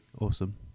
awesome